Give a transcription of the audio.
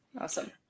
awesome